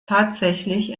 tatsächlich